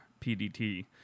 PDT